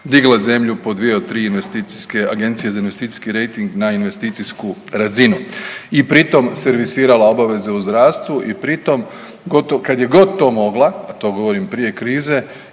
digla zemlju po 2 od 3 investicijske, agencije za investicijski rejting na investicijsku razinu i pritom servisirala obaveze u zdravstvu i pritom kad je god to mogla, a to govorim prije krize